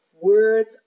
words